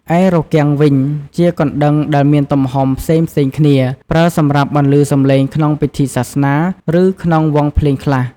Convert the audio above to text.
ឯរគាំងវិញ ជាកណ្តឹងដែលមានទំហំផ្សេងៗគ្នា ប្រើសម្រាប់បន្លឺសំឡេងក្នុងពិធីសាសនា ឬក្នុងវង់ភ្លេងខ្លះ។